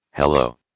Hello